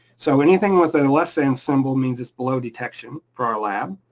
so anything with a less than symbol means it's below detection for our lab